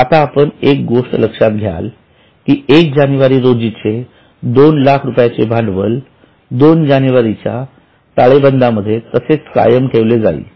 आता आपण एक गोष्ट लक्षात घ्याल की 1 जानेवारी रोजीचे 200000 चे भांडवल 2 जानेवारीच्या ताळेबंदात तसेच कायम ठेवले जाईल